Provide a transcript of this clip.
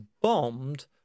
bombed